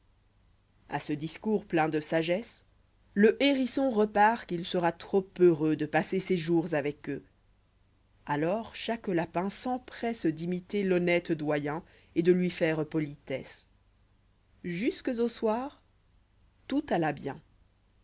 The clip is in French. a ce discours plein de sagesse le hérisson repart qu'il sera trop heureux de passer ses jours avec eux alors charrue lapin s'empres d'imiter l'honnête doyen et de lui faire politesse jusque au soir tout alla bien